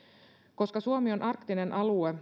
koska suomi on arktinen alue